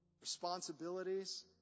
responsibilities